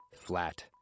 flat